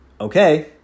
okay